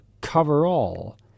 coverall